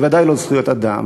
בוודאי לא זכויות אדם,